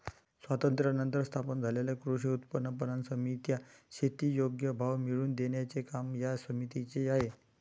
स्वातंत्र्यानंतर स्थापन झालेल्या कृषी उत्पन्न पणन समित्या, शेती योग्य भाव मिळवून देण्याचे काम या समितीचे आहे